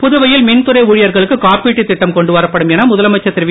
புதுவையில் மின்துறை ஊழியர்களுக்கு காப்பீட்டுத் திட்டம் கொண்டு வரப்படும் என முதலமைச்சர் திருவி